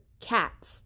cats